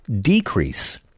decrease